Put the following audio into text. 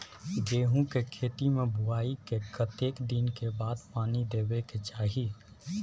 गेहूँ के खेती मे बुआई के कतेक दिन के बाद पानी देबै के चाही?